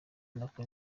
uko